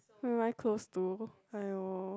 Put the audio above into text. who am I close to !aiyo!